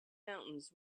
mountains